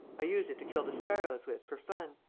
i use it to kill the sparrows with, for fun.